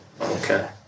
Okay